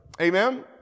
Amen